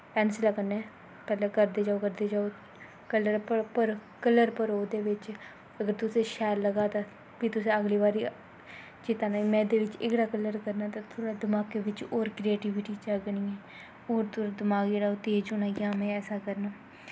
पैंसला कन्नै पैह्ले करदे जाओ करदे जाओ कल्लर भरो ओह्दै बिच्च अगर तुसें शैल लग्गा तां फ्ही तुसें अगली बारी चेता में ते एह्कड़ा कल्लर करना ते थोह्ड़ा दमाकै बिच्च होर करियेटिविटी जागनी ऐ होर दमाक जेह्ड़ा तेज होना कि में ऐसा करना